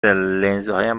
لنزهایم